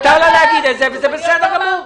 מותר לה להגיד את זה, זה בסדר גמור.